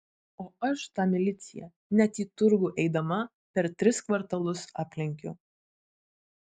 o aš tą miliciją net į turgų eidama per tris kvartalus aplenkiu